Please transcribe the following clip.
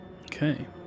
Okay